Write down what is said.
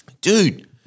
dude